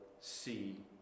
see